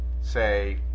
say